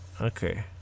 Okay